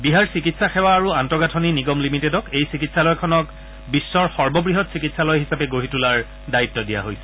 বিহাৰ চিকিৎসা সেৱা আৰু আন্তঃগাঁথনি নিগম লিমিটেডক এই চিকিৎসালয়খন বিশ্বৰ সৰ্ববুহৎ চিকিৎসালয় হিচাপে গঢ়ি তোলাৰ দায়িত্ব দিয়া হৈছে